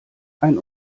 ein